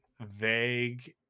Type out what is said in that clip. vague